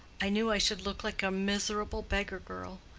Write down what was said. i knew i should look like a miserable beggar-girl.